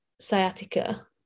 sciatica